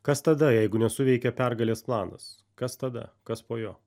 kas tada jeigu nesuveikia pergalės planas kas tada kas po jo